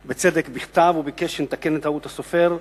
בצדק, בכתב, וביקש לתקן את טעות הסופר,